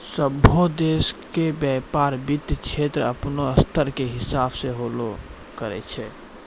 सभ्भे देशो के व्यपार वित्त के क्षेत्रो अपनो स्तर के हिसाबो से होलो करै छै